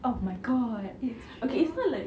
oh my god it's true